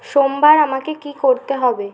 সোমবার আমাকে কী করতে হবে